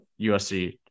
USC